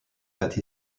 that